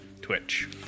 Twitch